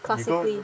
classically